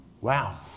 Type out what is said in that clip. Wow